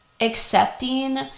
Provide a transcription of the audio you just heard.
accepting